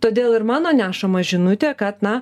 todėl ir mano nešama žinutė kad na